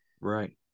Right